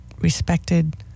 respected